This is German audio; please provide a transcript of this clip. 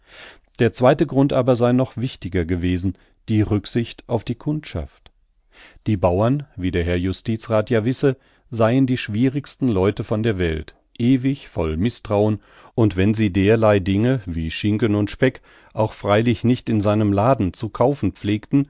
der zweite grund aber sei noch wichtiger gewesen die rücksicht auf die kundschaft die bauern wie der herr justizrath ja wisse seien die schwierigsten leute von der welt ewig voll mißtrauen und wenn sie derlei dinge wie schinken und speck auch freilich nicht in seinem laden zu kaufen pflegten